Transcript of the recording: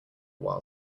while